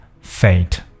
fate